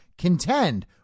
contend